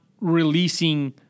releasing